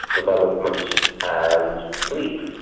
development and sleep.